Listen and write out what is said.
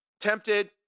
tempted